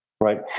right